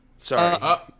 Sorry